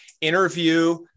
interview